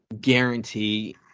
guarantee